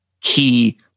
key